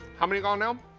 how many gone now?